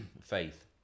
Faith